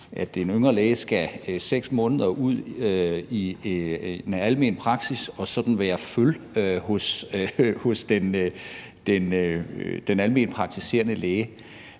at en yngre læge skal 6 måneder ud i en almen praksis og sådan være føl hos en almenpraktiserende læge.